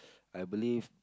I believe